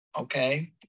okay